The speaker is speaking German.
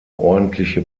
ordentliche